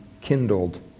kindled